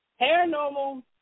paranormal